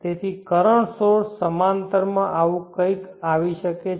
તેથી current source સમાંતરમાં આવું કંઈક આવી શકે છે